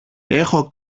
έχω